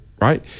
right